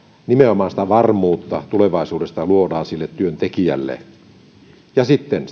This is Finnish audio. nimenomaan sitä varmuutta tulevaisuudesta luodaan sille työntekijälle sitten